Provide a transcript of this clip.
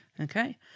Okay